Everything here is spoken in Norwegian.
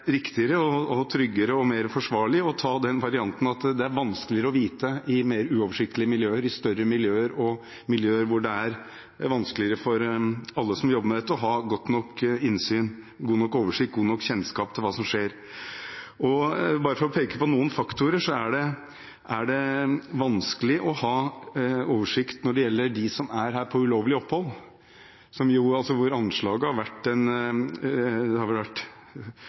er vanskeligere å vite i mer uoversiktlige miljøer, i større miljøer og miljøer hvor det er vanskeligere for alle som jobber med dette å ha godt nok innsyn, god nok oversikt og god nok kjennskap til hva som skjer. Bare for å peke på noen faktorer: Det er vanskelig å ha oversikt over dem som oppholder seg her ulovlig. Det har vel vært opp og ned og forskjellige anslag, men det har til tider ligget på rundt 15 000, og noen har sagt at det